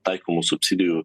taikomų subsidijų